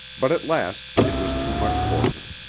but at last it was too much for him.